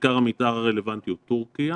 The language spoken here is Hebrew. בעיקר המידע הרלוונטי הוא טורקיה